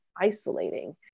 isolating